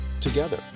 together